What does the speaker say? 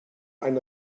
ein